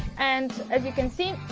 and as you can see